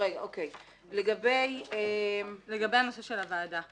לגבי הנושא של הוועדה